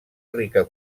rica